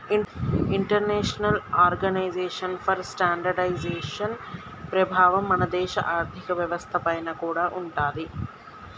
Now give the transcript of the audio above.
international organisation for standardisation ప్రభావం మన దేశ ఆర్ధిక వ్యవస్థ పైన కూడా ఉంటాది